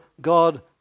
God